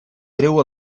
treu